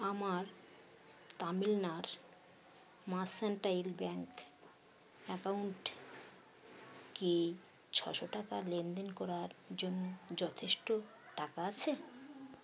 আমার Tamil Nadu mercantile bank account কি ছশো টাকা লেনদেন করার জন্য যথেষ্ট টাকা আছে